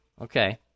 Okay